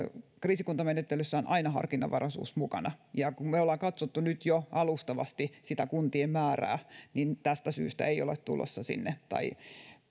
kriisikuntamenettelyssä on aina harkinnanvaraisuus mukana ja kun me olemme katsoneet nyt jo alustavasti sitä kuntien määrää niin tästä syystä ei ole tulossa sinne tai itse